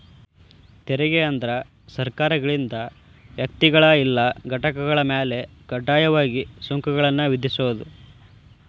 ತೆರಿಗೆ ಅಂದ್ರ ಸರ್ಕಾರಗಳಿಂದ ವ್ಯಕ್ತಿಗಳ ಇಲ್ಲಾ ಘಟಕಗಳ ಮ್ಯಾಲೆ ಕಡ್ಡಾಯವಾಗಿ ಸುಂಕಗಳನ್ನ ವಿಧಿಸೋದ್